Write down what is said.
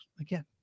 again